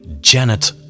Janet